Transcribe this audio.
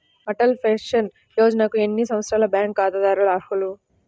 Atal Pension యోజనకు ఎన్ని సంవత్సరాల బ్యాంక్ ఖాతాదారులు అర్హులు?